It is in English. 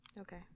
Okay